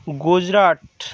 Gujarat